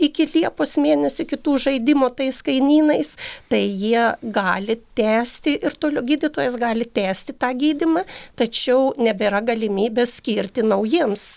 iki liepos mėnesio iki tų žaidimo tais kainynais tai jie gali tęsti ir toliu gydytojas gali tęsti tą gydymą tačiau nebėra galimybės skirti naujiems